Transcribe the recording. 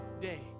day